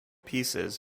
pieces